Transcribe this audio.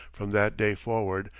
from that day forward,